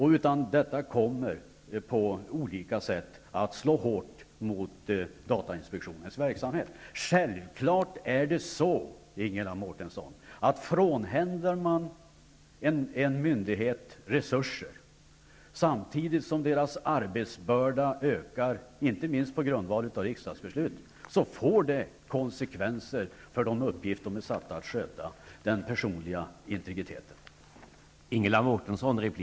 Det här kommer att på olika sätt slå hårt mot datainspektionens verksamhet. Självfallet gäller att om man frånhänder en myndighet resurser, samtidigt som myndighetens arbetsbörda ökar, inte minst på grund av riksdagsbeslut, får det konsekvenser för de uppgifter myndigheten är satt att sköta -- i det här fallet att trygga den personliga integriteten.